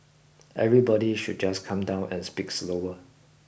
everybody should just calm down and speak slower